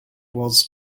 was